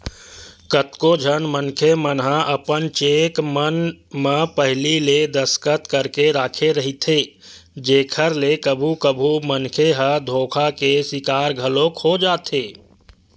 कतको झन मनखे मन ह अपन चेक मन म पहिली ले दस्खत करके राखे रहिथे जेखर ले कभू कभू मनखे ह धोखा के सिकार घलोक हो जाथे